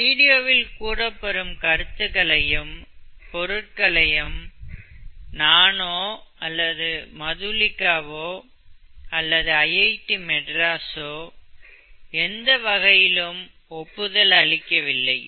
இந்த வீடியோவில் கூறப்படும் கருத்துக்களையும் பொருட்களையும் நானோ அல்லது மதுலிகாவோ அல்லது ஐஐடி மெட்ராஸ் ஓ எந்தவகையிலும் ஒப்புதல் அளிக்கவில்லை